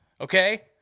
Okay